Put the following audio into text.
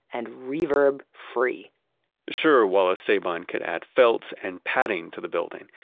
and reverb-free sure, wallace sabine could add felts and padding to the building,